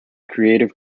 creative